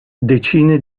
decine